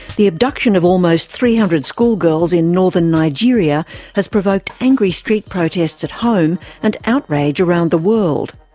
the abduction of almost three hundred schoolgirls in northern nigeria has provoked angry street protests at home and outrage around the world.